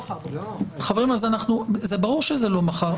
זה לא מחר.